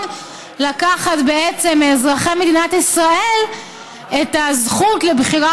לקחת מאזרחי מדינת ישראל את הזכות לבחירה